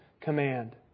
command